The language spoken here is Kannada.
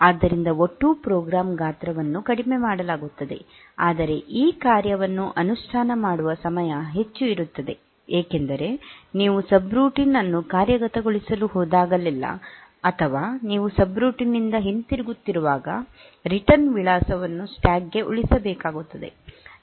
ಆದ್ದರಿಂದ ಒಟ್ಟು ಪ್ರೋಗ್ರಾಂ ಗಾತ್ರವನ್ನು ಕಡಿಮೆ ಮಾಡಲಾಗುತ್ತದೆ ಆದರೆ ಈ ಕಾರ್ಯವನ್ನು ಅನುಷ್ಠಾನ ಮಾಡುವ ಸಮಯ ಹೆಚ್ಚು ಇರುತ್ತದೆ ಏಕೆಂದರೆ ನೀವು ಸಬ್ರೂಟೀನ್ ಅನ್ನು ಕಾರ್ಯಗತಗೊಳಿಸಲು ಹೋದಾಗಲೆಲ್ಲಾ ಅಥವಾ ನೀವು ಸಬ್ರೂಟೀನ್ ನಿಂದ ಹಿಂತಿರುಗುತ್ತಿರುವಾಗ ರಿಟರ್ನ್ ವಿಳಾಸವನ್ನು ಸ್ಟ್ಯಾಕ್ಗೆ ಉಳಿಸಬೇಕಾಗುತ್ತದೆ